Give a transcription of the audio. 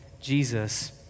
Jesus